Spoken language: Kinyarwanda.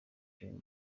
film